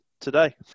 today